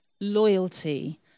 loyalty